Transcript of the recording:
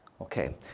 Okay